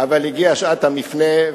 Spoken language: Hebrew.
אבל הגיעה שעת המפנה,